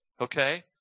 okay